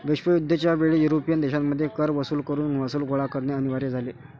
विश्वयुद्ध च्या वेळी युरोपियन देशांमध्ये कर वसूल करून महसूल गोळा करणे अनिवार्य झाले